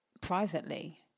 privately